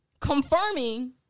confirming